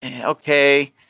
okay